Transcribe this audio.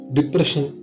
Depression